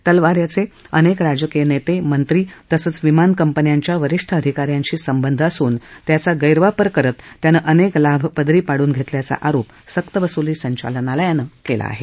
तलवार याचे अनेक राजकीय नेते मंत्री तसंच विमान कंपन्यांच्या वरीष्ठ अधिका यांशी संबंध असून त्यांचा गैरवापर करत त्यानं अनेक लाभ पदरी पाडून घेतल्याचा आरोप सक्तवसुली संचालनालयानं केला आहे